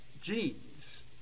genes